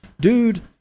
Dude